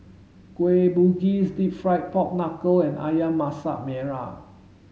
Kueh Bugis deep fried pork knuckle and Ayam Masak Merah